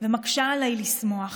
ומקשה עליי לשמוח.